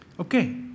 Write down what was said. Okay